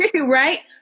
Right